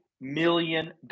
million